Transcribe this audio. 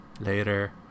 later